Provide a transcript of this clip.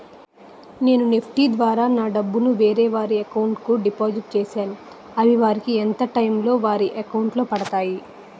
నేను నెఫ్ట్ ద్వారా నా డబ్బు ను వేరే వారి అకౌంట్ కు డిపాజిట్ చేశాను అవి వారికి ఎంత టైం లొ వారి అకౌంట్ లొ పడతాయి?